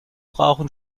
brauchen